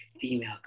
female